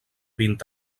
vint